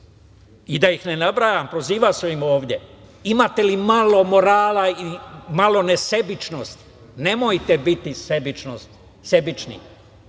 i da ih ne nabrajam, prozivao sam ih ovde. Imate li malo morala i malo nesebičnosti? Nemojte biti sebični.